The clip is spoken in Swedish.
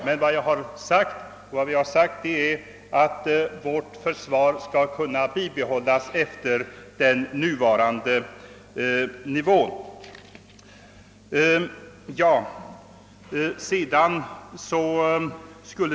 Men vad jag har sagt är att vårt försvar skall kunna bibehållas vid den nuvarande absoluta nivån.